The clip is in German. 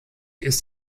ist